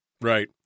Right